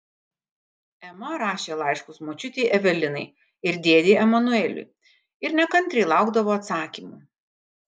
ema rašė laiškus močiutei evelinai ir dėdei emanueliui ir nekantriai laukdavo atsakymų